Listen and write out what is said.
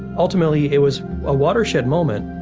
ultimately it was a watershed moment.